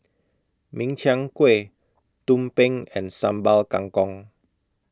Min Chiang Kueh Tumpeng and Sambal Kangkong